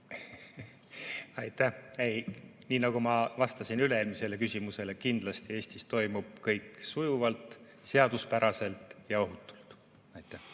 Aitäh! Nii nagu ma vastasin üle-eelmisele küsimusele: kindlasti Eestis toimub kõik sujuvalt, seaduspäraselt ja ohutult. Aitäh!